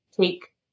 take